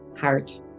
heart